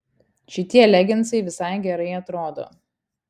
šitie leginsai visai gerai atrodo